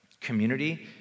community